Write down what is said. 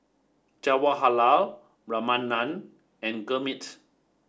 Jawaharlal Ramanand and Gurmeet